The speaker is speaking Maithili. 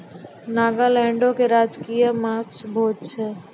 नागालैंडो के राजकीय गाछ भोज छै